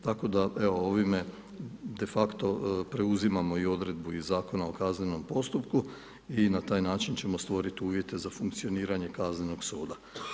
Tako da evo, ovime defakto preuzimamo i odredbu iz Zakona o kaznenom postupku i na taj način ćemo stvorit uvjete za funkcioniranje Kaznenog suda.